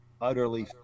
utterly